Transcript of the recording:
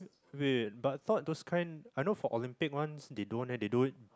wait but I thought those kind I know for Olympics ones they don't leh they don't